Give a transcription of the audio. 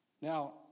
Now